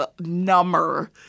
number